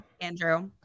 Andrew